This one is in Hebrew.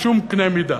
בשום קנה-מידה.